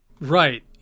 right